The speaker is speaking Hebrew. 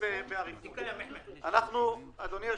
אדוני היושב-ראש,